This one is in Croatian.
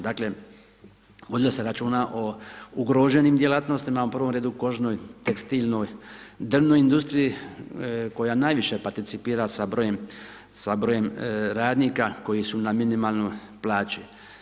Dakle, vodilo se računa o ugroženim djelatnostima, u provom redu, kožnoj, tekstilnoj, drvnoj industriji, koja najviše participira sa brojem radnika, koje su na minimalnoj plaći.